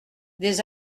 des